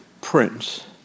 Prince